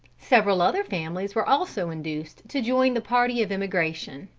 several other families were also induced to join the party of emigration.